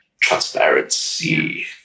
Transparency